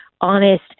honest